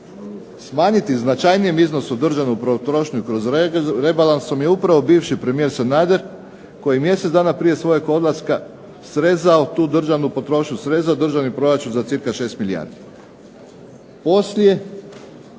smanjiti u značajnijem iznosu državnu potrošnju rebalansom je upravo bivši premijer Sanader, koji mjesec dana prije svoga odlaska srezao tu državnu potrošnju, srezao državni proračun za cca 6 milijardi.